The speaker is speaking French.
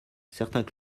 certains